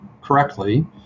correctly